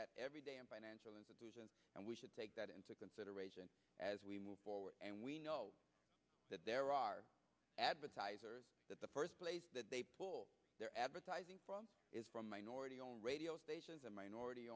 that every day and financially and we should take that into consideration as we move forward and we know that there are advertisers that the first place that they pull their advertising from is from minority owned radio stations and minority